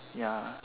ya